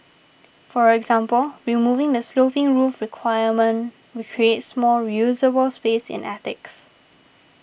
for example removing the sloping roof requirement recreates more usable space in attics